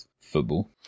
football